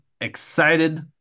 excited